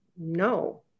no